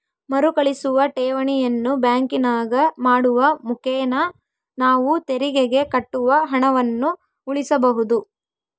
ಮರುಕಳಿಸುವ ಠೇವಣಿಯನ್ನು ಬ್ಯಾಂಕಿನಾಗ ಮಾಡುವ ಮುಖೇನ ನಾವು ತೆರಿಗೆಗೆ ಕಟ್ಟುವ ಹಣವನ್ನು ಉಳಿಸಬಹುದು